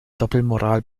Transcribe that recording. doppelmoral